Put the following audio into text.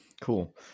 cool